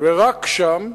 ורק שם,